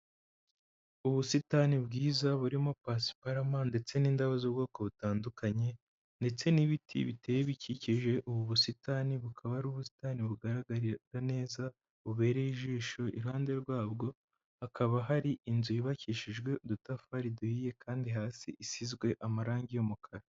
Ubusitani bwiza burimo pasiparama ndetse n'indabo z'ubwoko butandukanye, ndetse n'ibiti biteye bikikije ubu busitani, bukaba ari ubusitani bugaragara neza, bubereye ijisho; iruhande rwabwo hakaba hari inzu yubakishijwe udutafari duhiye, kandi hasi isizwe amarangi y'umukara.